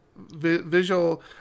Visual